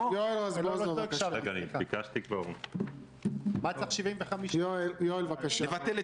אני קודם כול רוצה להגיד יש לי